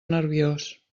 nerviós